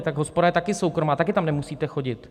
Tak hospoda je tady soukromá, taky tam nemusíte chodit.